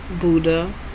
Buddha